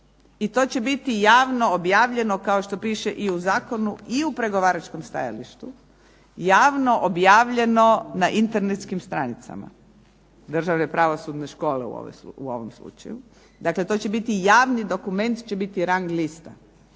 i to će biti javno objavljeno kao što piše u Zakonu, i u pregovaračkom stajalištu, javno objavljeno na internetskim stranicama, Državne pravosudne škole u ovom slučaju. Dakle to će biti javni dokument će biti rang lista.